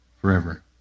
forever